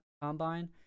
combine